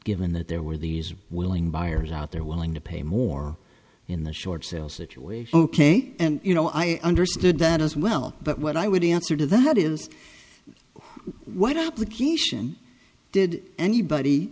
given that there were these willing buyers out there willing to pay more in the short sale situation ok and you know i understood that as well but what i would answer to that is why